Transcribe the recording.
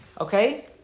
Okay